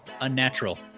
unnatural